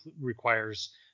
requires